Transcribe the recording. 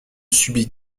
subit